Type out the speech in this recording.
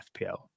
FPL